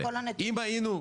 אם היינו,